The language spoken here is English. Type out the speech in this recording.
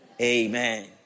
amen